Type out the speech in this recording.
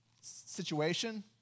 situation